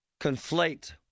conflate